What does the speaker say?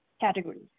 categories